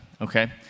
okay